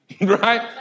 Right